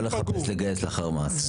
זה לא נכון --- לאחר מעשה.